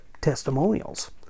testimonials